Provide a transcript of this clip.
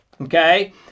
Okay